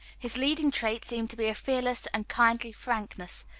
his leading trait seemed to be a fearless and kindly frankness,